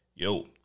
Yo